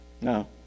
No